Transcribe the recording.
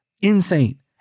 Insane